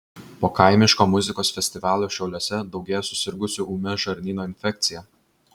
po kaimiško muzikos festivalio šiauliuose daugėja susirgusių ūmia žarnyno infekcija